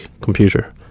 computer